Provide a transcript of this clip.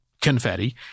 Confetti